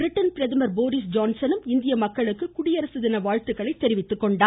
Britain பிரதமர் Boris ஜான்சனும் இந்திய மக்களுக்கு குடியரசு தின வாழ்த்துக்களை தெரிவித்துக்கொண்டுள்ளார்